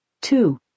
two